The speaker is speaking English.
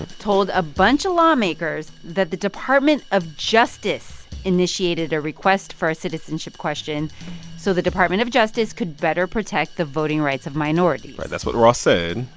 told a bunch of lawmakers that the department of justice initiated a request for a citizenship question so the department of justice could better protect the voting rights of minorities right, that's what ross said.